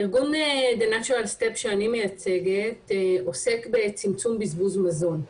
ארגון נשיונל סטפ שאני מייצגת עוסק בצמצום בזבוז מזון.